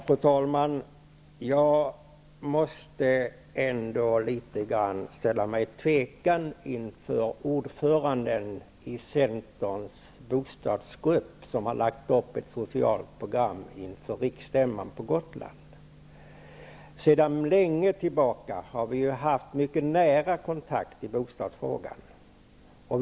Fru talman! Jag måste ändå ställa mig litet grand tvekande inför ordföranden i Centerns bostadsgrupp, som har lagt upp ett socialt program inför riksstämman på Gotland. Vi har sedan långt tillbaka haft mycket nära kontakter i bostadsfrågorna.